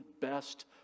best